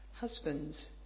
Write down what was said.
Husbands